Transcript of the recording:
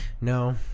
No